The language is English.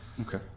Okay